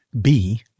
B-